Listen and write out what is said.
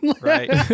right